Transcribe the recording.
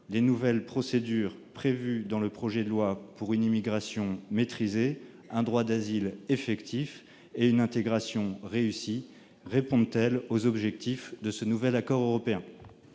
Les nouvelles procédures prévues dans le projet de loi pour une immigration maîtrisée, un droit d'asile effectif et une intégration réussie répondent-elles aux objectifs de ce nouvel accord européen ?